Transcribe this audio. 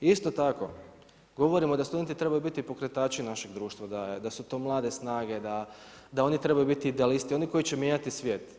Isto tako, govorimo da studenti trebaju biti pokretači našega društva, da su to mlade snage, da oni trebaju biti idealisti oni koji će mijenjati svijet.